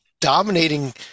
dominating